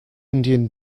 indian